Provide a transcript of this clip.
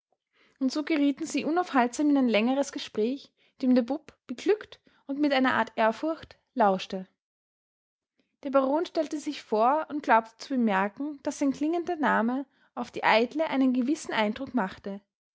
und so gerieten sie unaufhaltsam in ein längeres gespräch dem der bub beglückt und mit einer art ehrfurcht lauschte der baron stellte sich vor und glaubte zu bemerken daß sein klingender name auf die eitle einen gewissen eindruck machte